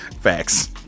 Facts